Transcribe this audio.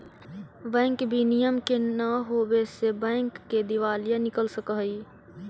bank विनियम के न होवे से बैंक के दिवालिया निकल सकऽ हइ